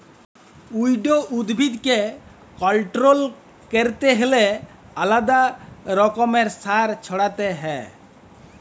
weed উদ্ভিদকে control ক্যরতে হ্যলে আলেদা রকমের সার ছড়াতে হ্যয়